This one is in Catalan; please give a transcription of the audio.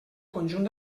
conjunt